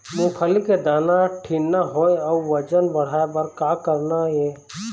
मूंगफली के दाना ठीन्ना होय अउ वजन बढ़ाय बर का करना ये?